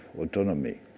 autonomy